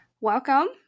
Welcome